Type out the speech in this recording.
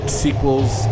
sequels